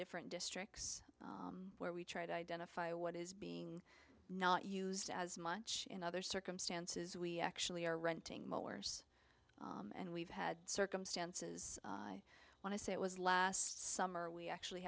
different districts where we try to identify what is being not used as much in other circumstances we actually are renting mowers and we've had circumstances i want to say it was last summer we actually